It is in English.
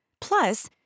Plus